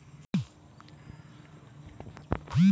व्यापारक गति में नकद तरलता संकटक कारणेँ प्रभावित भेल